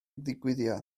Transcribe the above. digwyddiad